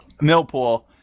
Millpool